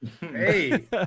hey